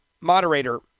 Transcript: moderator